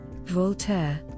Voltaire